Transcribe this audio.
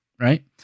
right